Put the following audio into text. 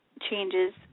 changes